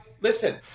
listen